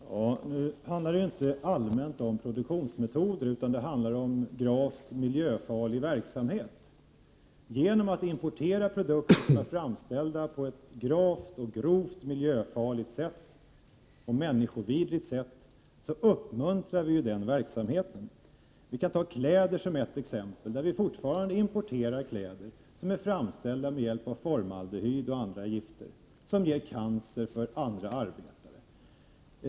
Herr talman! Nu handlar det inte allmänt om produktionsmetoder utan om gravt miljöfarlig verksamhet. Genom att importera produkter framställda på ett grovt miljöfarligt och människovidrigt sätt uppmuntrar vi sådana produktionsmetoder. Vi kan ta kläder som ett exempel. Sverige importerar fortfarande kläder som är framställda med hjälp av formaldehyd och andra gifter som förorsakar cancer hos utländska arbetare.